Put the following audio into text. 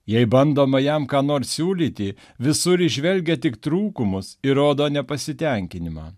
jei bandoma jam ką nors siūlyti visur įžvelgia tik trūkumus ir rodo nepasitenkinimą